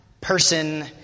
person